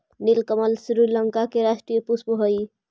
नीलकमल श्रीलंका के राष्ट्रीय पुष्प हइ